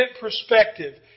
perspective